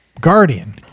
guardian